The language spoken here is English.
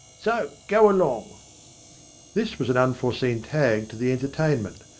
so go along this was an unforeseen tag to the entertain ment.